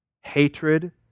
Hatred